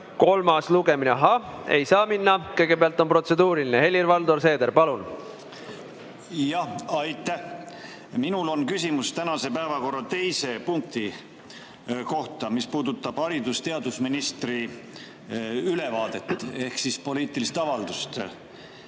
kolmas lugemine. Ahah, ei saa minna, kõigepealt on protseduuriline. Helir-Valdor Seeder, palun! Jah, aitäh! Minul on küsimus tänase päevakorra teise punkti kohta, mis puudutab haridus‑ ja teadusministri ülevaadet ehk poliitilist avaldust.